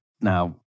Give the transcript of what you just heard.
Now